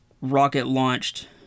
rocket-launched